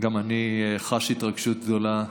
גם אני חש התרגשות גדולה.